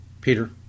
Peter